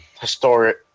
historic